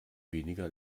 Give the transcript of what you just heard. weniger